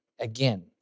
again